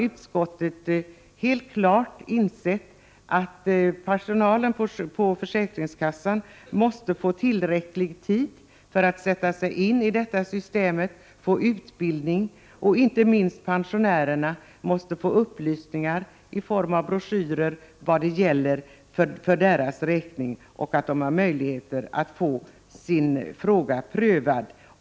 Utskottet har däremot insett att personalen på försäkringskassorna måste få tillräcklig tid för utbildning för att sätta sig in i systemet. Inte minst måste pensionärerna genom broschyrer få upplysningar om vad som gäller för dem själva och om att de har möjligheter att få sin fråga prövad.